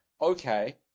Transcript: okay